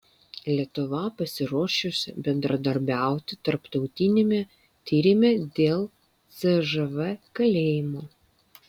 lietuva pasiruošusi bendradarbiauti tarptautiniame tyrime dėl cžv kalėjimų